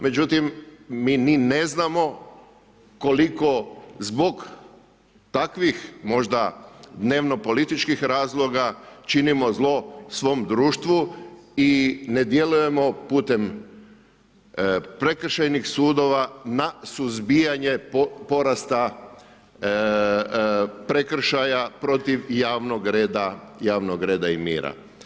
Međutim, mi ni ne znamo koliko zbog takvih možda dnevno-političkih razloga činimo zlo svom društvu i ne djelujemo putem prekršajnih sudova na suzbijanje porasta prekršaja protiv javnog reda i mira.